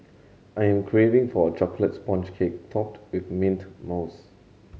I am craving for a chocolate sponge cake topped with mint mousse